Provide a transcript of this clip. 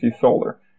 Solar